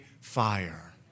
fire